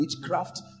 witchcraft